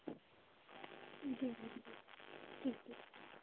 जी जी जी ठीक है